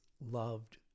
loved